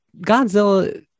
Godzilla